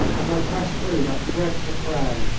as i pressed through that dreadful crowd,